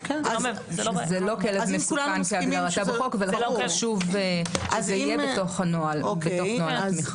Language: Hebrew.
זה לא כלב מסוכן כהגדרתו בחוק וזה יהיה בתוך נוהל התמיכה.